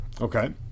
Okay